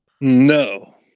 No